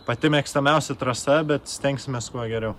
pati mėgstamiausia trasa bet stengsimės kuo geriau